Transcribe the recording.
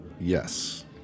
yes